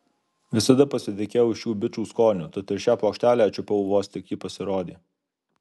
visada pasitikėjau šių bičų skoniu tad ir šią plokštelę čiupau vos tik ji pasirodė